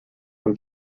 from